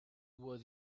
were